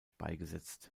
beigesetzt